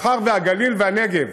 מאחר שהגליל והנגב,